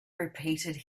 repeated